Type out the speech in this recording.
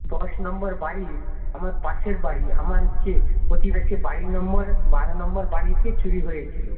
দশ নম্বর বাড়ি আমার পাশের বাড়ি আমার হচ্ছে প্রতিবেশী বাড়ির নম্বর বারো নম্বর বাড়িতে চুরি হয়েছিল